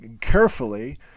carefully